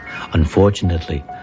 Unfortunately